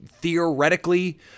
theoretically